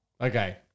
Okay